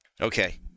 Okay